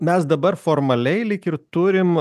mes dabar formaliai lyg ir turim